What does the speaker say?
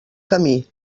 camí